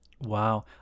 Wow